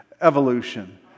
Evolution